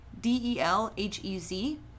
D-E-L-H-E-Z